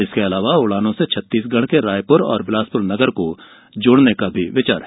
इसके अलावा उड़ानों से छत्तीसगढ़ के रायपुर और बिलासपुर नगर को जोड़ने का भी विचार है